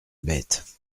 bête